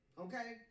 okay